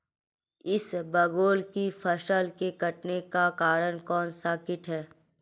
इसबगोल की फसल के कटने का कारण कौनसा कीट है?